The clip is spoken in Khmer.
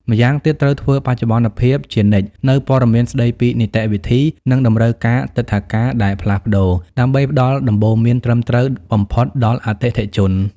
ម្យ៉ាងទៀត ត្រូវធ្វើបច្ចុប្បន្នភាពជានិច្ចនូវព័ត៌មានស្តីពីនីតិវិធី និងតម្រូវការទិដ្ឋាការដែលផ្លាស់ប្តូរ ដើម្បីផ្តល់ដំបូន្មានត្រឹមត្រូវបំផុតដល់អតិថិជន។